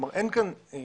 צריך לזכור,